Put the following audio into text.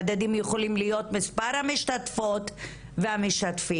המדדים יכולים להיות מספר המשתתפות והמשתתפים,